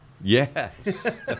Yes